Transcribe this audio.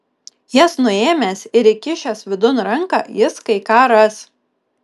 jas nuėmęs ir įkišęs vidun ranką jis kai ką ras